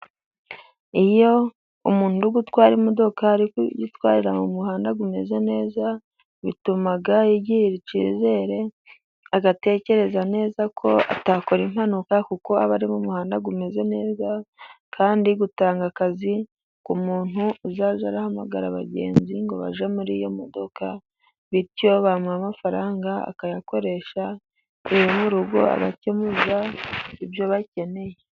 Iyo umuntu uri gutwara imodoka arikuyitwarira mu muhanda umeze neza bituma yigirira icyizere, agatekereza neza ko atakora impanuka kuko aba ari mu muhanda umeze neza, kandi bitanga akazi ku muntu uzajya ahamagara abagenzi ngo bajye muri iyo modoka bityo bamuha amafaranga akayakoresha ibyo mu rugo, akabikemuza ibyo bakeneye.